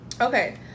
Okay